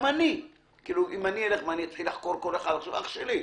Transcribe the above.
אני אלך לחקור כל אחד: אח שלי,